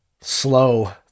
Slow